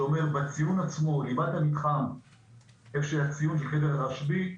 שאומר בציון עצמו --- איפה שחדר הרשב"י,